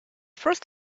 first